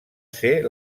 ser